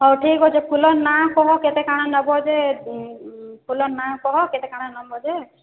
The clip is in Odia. ହେଉ ଠିକ ଅଛେ ଫୁଲ ନାଁ କହ କେତେ କାଣା ନେବ ଯେ ଫୁଲ ନାଁ କହ କେତେ କାଣା ନେବ ଯେ